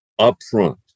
upfront